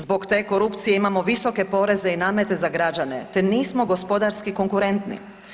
Zbog te korupcije imamo visoke poreze i namete za građane, te nismo gospodarski konkurentni.